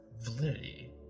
validity